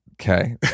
Okay